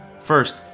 First